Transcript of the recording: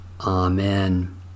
Amen